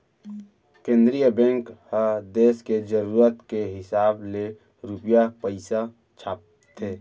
केंद्रीय बेंक ह देस के जरूरत के हिसाब ले रूपिया पइसा छापथे